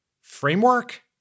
framework